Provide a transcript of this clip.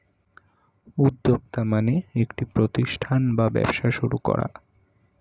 উদ্যোক্তা মানে একটি প্রতিষ্ঠান বা ব্যবসা শুরু করা